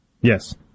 Yes